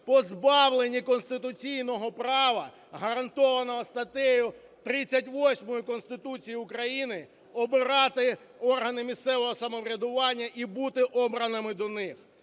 позбавлені конституційного права, гарантованого статтею 38 Конституції України, обирати органи місцевого самоврядування і бути обраними до них.